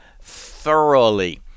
thoroughly